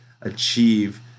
achieve